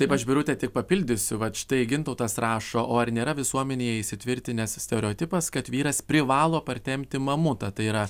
taip aš birute tik papildysiu vat štai gintautas rašo o ar nėra visuomenėj įsitvirtinęs stereotipas kad vyras privalo partempti mamutą tai yra